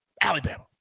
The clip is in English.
Alabama